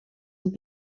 and